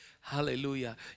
Hallelujah